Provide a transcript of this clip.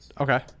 Okay